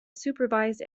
supervised